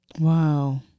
Wow